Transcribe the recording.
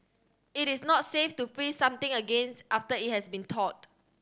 it is not safe to freeze something again after it has been thawed